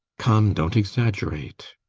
come! dont exaggerate.